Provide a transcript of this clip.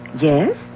Yes